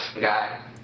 guy